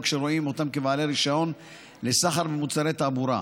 שרואים אותם כבעלי רישיון לסחר במוצרי תעבורה.